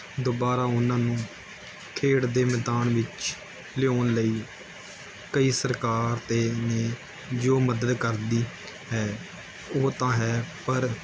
ਦੁਬਾਰਾ ਉਹਨਾਂ ਨੂੰ ਖੇਡ ਦੇ ਮੈਦਾਨ ਵਿੱਚ ਲਿਆਉਣ ਲਈ ਕਈ ਸਰਕਾਰ 'ਤੇ ਨੇ ਜੋ ਮਦਦ ਕਰਦੀ ਹੈ ਉਹ ਤਾਂ ਹੈ ਪਰ